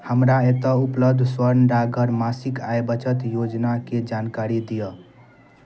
हमरा एतए ऊपलब्ध स्वर्ण डाकघर मासिक आय बचत योजना के जानकारी दिअ